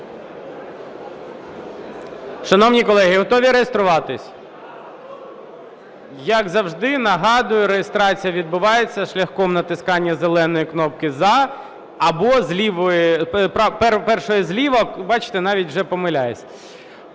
Шановні колеги, готові реєструватись? Як завжди, нагадую, реєстрація відбувається шляхом натискання зеленої кнопки "за" або зліва… першої зліва. Бачите, навіть вже помиляюсь.